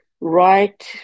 right